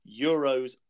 Euros